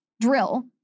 drill